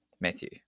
Matthew